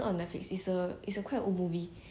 where you wear the mask